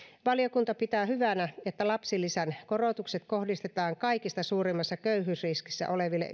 valiokunta pitää hyvänä että lapsilisän korotukset kohdistetaan kaikista suurimmassa köyhyysriskissä oleville